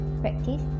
Practice